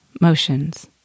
motions